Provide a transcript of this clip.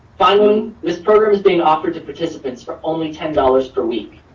finally, this program is being offered to participants for only ten dollars per week.